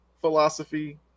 philosophy